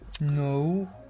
No